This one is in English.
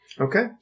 Okay